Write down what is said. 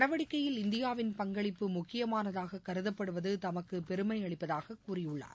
நடவடிக்கையில் இந்தியாவின் பங்களிப்பு முக்கியமானதாக இந்த கருதப்படுவது தமக்கு பெருமை அளிப்பதாகக் கூறியுள்ளார்